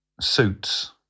suits